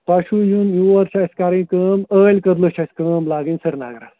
تۄہہِ چھُو یُن یور چھِ اَسہِ کَرٕنۍ کٲم ٲلۍ کدلہٕ چھِ اَسہِ کٲم لاگٕنۍ سرینگرٕ